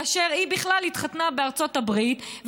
כאשר היא בכלל התחתנה בארצות הברית,